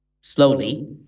Slowly